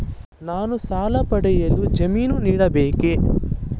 ನಾನು ಸಾಲ ಪಡೆಯಲು ಜಾಮೀನು ನೀಡಬೇಕೇ?